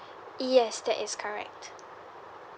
yes that is correct